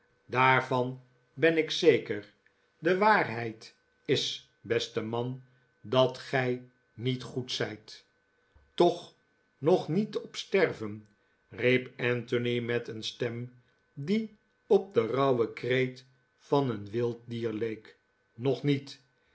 daarvan ben ik zeker de waarheid is beste man dat gij niet goed zijt toch nog niet op stervenl riep anthony met een stem die op den rauwen kreet van een wild dier leek nog niet